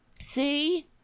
See